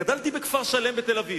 גדלתי בכפר-שלם בתל-אביב,